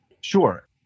Sure